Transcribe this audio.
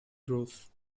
gross